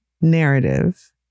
narrative